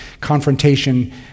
confrontation